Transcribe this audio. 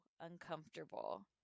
uncomfortable